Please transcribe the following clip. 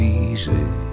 easy